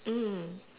mm